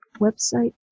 website